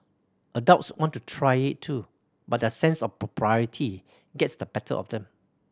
adults want to try it too but their sense of propriety gets the better of them